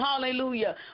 Hallelujah